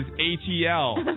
H-E-L